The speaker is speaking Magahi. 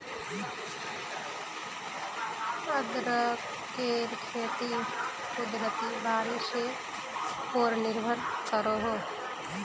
अदरकेर खेती कुदरती बारिशेर पोर निर्भर करोह